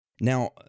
Now